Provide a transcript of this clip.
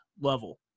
level